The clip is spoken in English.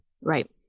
Right